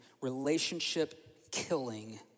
relationship-killing